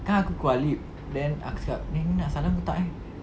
kan aku keluar lift then aku cakap eh ni nak salam ke tak eh